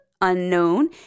unknown